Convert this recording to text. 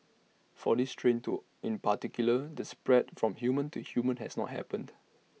for this strain to in particular the spread from human to human has not happened